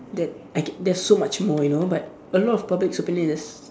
that I get there's so much more you know but a lot of public's opinion is